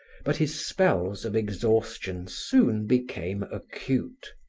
but his spells of exhaustion soon became acute.